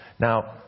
Now